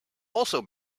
also